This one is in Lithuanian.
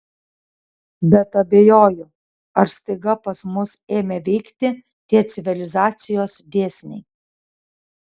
bet abejoju ar staiga pas mus ėmė veikti tie civilizacijos dėsniai